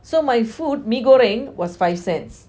so my food mee goreng was five cents